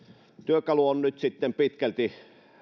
työkalu on nyt pitkälti